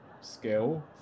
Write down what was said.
Skill